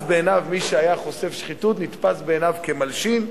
אז, בעיניו, מי שחשף שחיתות נתפס בעיניו כמלשין.